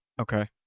Okay